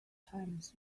times